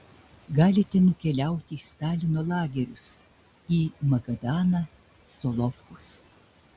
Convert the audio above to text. galite nukeliauti į stalino lagerius į magadaną solovkus